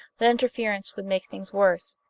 that interference would make things worse.